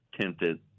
tinted